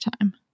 time